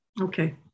Okay